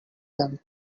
them